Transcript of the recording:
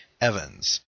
Evans